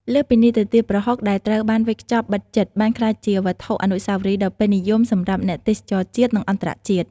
លើសពីនេះទៅទៀត ប្រហុកដែលត្រូវបានវេចខ្ចប់បិទជិត បានក្លាយជាវត្ថុអនុស្សាវរីយ៍ដ៏ពេញនិយមសម្រាប់អ្នកទេសចរណ៍ជាតិ និងអន្តរជាតិ។